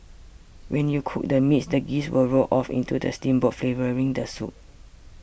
when you cook the meats the grease will roll off into the steamboat flavouring the soup